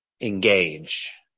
engage